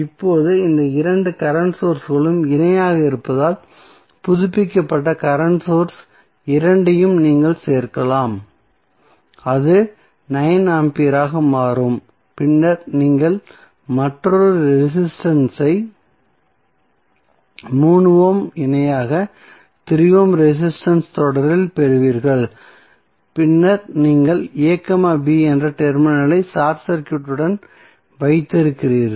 இப்போது இந்த இரண்டு கரண்ட் சோர்ஸ்களும் இணையாக இருப்பதால் புதுப்பிக்கப்பட்ட கரண்ட் சோர்ஸ் இரண்டையும் நீங்கள் சேர்க்கலாம் அது 9 ஆம்பியராக மாறும் பின்னர் நீங்கள் மற்றொரு ரெசிஸ்டன்ஸ் ஐ 3 ஓம் இணையாக 3 ஓம் ரெசிஸ்டன்ஸ் ஐ தொடரில் பெறுவீர்கள் பின்னர் நீங்கள் a b என்ற டெர்மினல் ஐ ஷார்ட் சர்க்யூட்டுடன் வைத்திருக்கிறீர்கள்